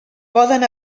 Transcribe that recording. poden